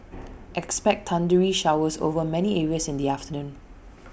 expect thundery showers over many areas in the afternoon